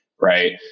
right